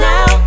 Now